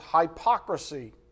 hypocrisy